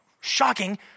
shocking